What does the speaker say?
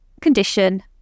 condition